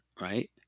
right